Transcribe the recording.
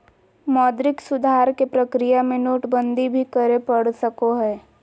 मौद्रिक सुधार के प्रक्रिया में नोटबंदी भी करे पड़ सको हय